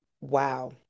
wow